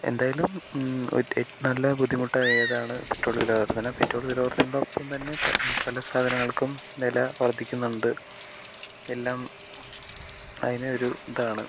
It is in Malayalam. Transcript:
എന്തായാലും നല്ല ബുദ്ധിമുട്ടാണ് ഏതാണ് പെട്രോൾ വില വർധന പെട്രോൾ വില വർധനയുടെ ഒപ്പം തന്നെ പല സാധനങ്ങൾക്കും വില വർധിക്കുന്നുണ്ട് എല്ലാം അതിനൊരു ഇതാണ്